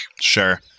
Sure